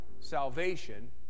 salvation